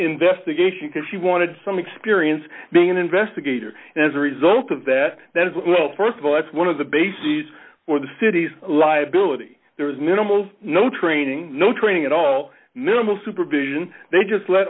investigation because she wanted some experience being an investigator and as a result of that that is well st of all that's one of the bases for the city's liability there was minimal no training no training at all minimal supervision they just let